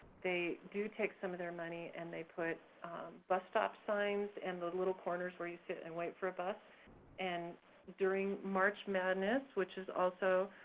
they do take some of their money and they put bus stop signs in the little corners where you sit and wait for a bus and during march madness, which is also